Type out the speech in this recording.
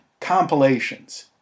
compilations